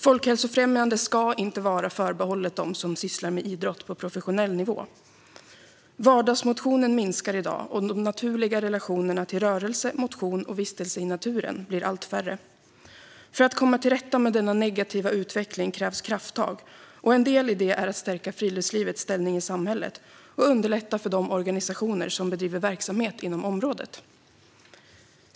Folkhälsofrämjande ska inte vara förbehållet dem som sysslar med idrott på professionell nivå. Vardagsmotionen minskar i dag, och de naturliga relationerna till rörelse, motion och vistelse i naturen blir allt färre. För att komma till rätta med denna negativa utveckling krävs krafttag, och en del i det är att stärka friluftslivets ställning i samhället och underlätta för de organisationer som bedriver verksamheter inom området.